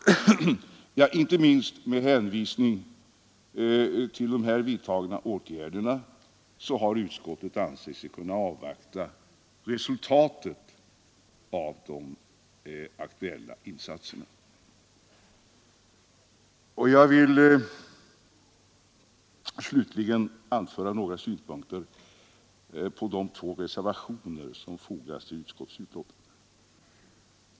Inte minst med hänvisning till de här redovisade åtgärderna har utskottet ansett sig kunna avvakta resultatet av de aktuella insatserna. Jag vill slutligen anföra några synpunkter på de två reservationer som fogats till utskottets betänkande.